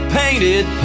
painted